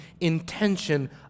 intention